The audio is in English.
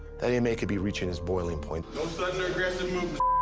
that inmate could be reaching his boiling point. no sudden or aggressive movements.